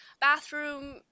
bathroom